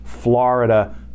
Florida